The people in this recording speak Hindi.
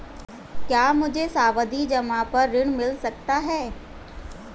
क्या मुझे सावधि जमा पर ऋण मिल सकता है?